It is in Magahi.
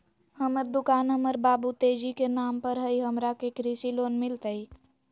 हमर दुकान हमर बाबु तेजी के नाम पर हई, हमरा के कृषि लोन मिलतई?